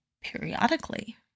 periodically